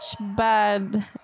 bad